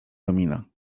domina